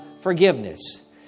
forgiveness